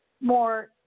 more